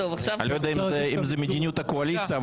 אני לא יודע אם זו מדיניות הקואליציה,